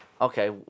okay